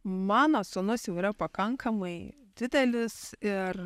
mano sūnus jau yra pakankamai didelis ir